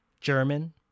German